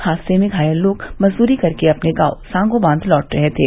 हादसे में घायल लोग मजदूरी करके अपने गांव सांगोबांध लौट रहे थे